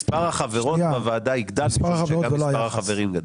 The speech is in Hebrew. מספר החברות בוועדה יגדל כפי שמספר החברים גדל.